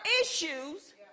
issues